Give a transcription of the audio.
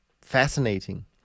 fascinating